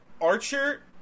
Archer